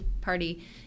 party